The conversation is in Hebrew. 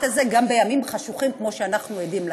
הזה גם בימים חשוכים כמו שאנחנו עדים להם.